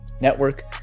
Network